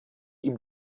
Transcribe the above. ihm